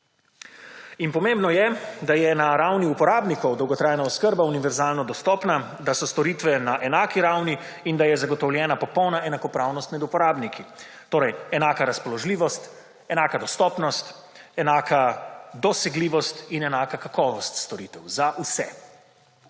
In pomembno je, da je na ravni uporabnikov, dolgotrajna oskrba univerzalno dostopna, da so storitve na enaki ravni in da je zagotovljena popolna enakopravnost med uporabniki. Torej, enaka razpoložljivost, enaka dostopnost, enaka dosegljivost in enaka kakovost storitev za vse.